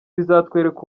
bizatwereka